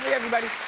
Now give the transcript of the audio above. everybody.